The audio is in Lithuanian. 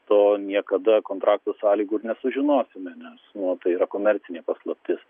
to niekada kontraktų sąlygų ir nesužinosime nes nu tai yra komercinė paslaptis